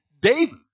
David